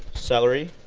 celery,